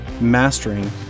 mastering